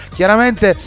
Chiaramente